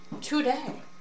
Today